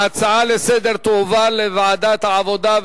ההצעה לסדר-היום תועבר לוועדת העבודה,